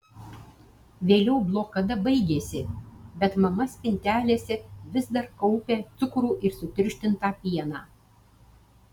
vėliau blokada baigėsi bet mama spintelėse vis dar kaupė cukrų ir sutirštintą pieną